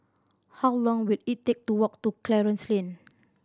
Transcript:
how long will it take to walk to Clarence Lane